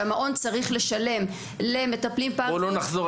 שהמעון צריך לשלם למטפלים פרא-רפואיים,